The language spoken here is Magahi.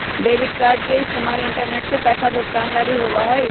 डेबिट कार्ड के इस्तेमाल इंटरनेट से पैसा भुगतान ला भी होबा हई